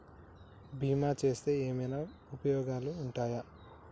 బీమా చేస్తే ఏమన్నా ఉపయోగాలు ఉంటయా?